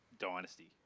dynasty